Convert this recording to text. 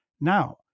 Now